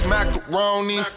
Macaroni